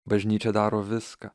bažnyčia daro viską